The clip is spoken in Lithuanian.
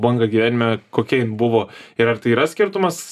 bangą gyvenime kokia jin buvo ir ar tai yra skirtumas